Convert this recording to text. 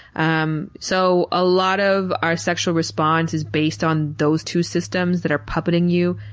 um so, a lot of our sexual response is based on those two systems that are puppeting you.